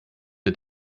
der